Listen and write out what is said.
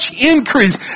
increase